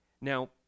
Now